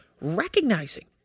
recognizing